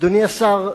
אדוני השר,